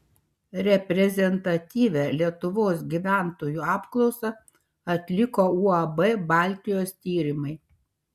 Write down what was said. reprezentatyvią lietuvos gyventojų apklausą atliko uab baltijos tyrimai